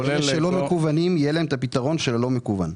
שאלה שלא מקוונים יהיה להם את הפתרון של לא מכוון.